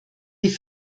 die